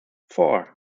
four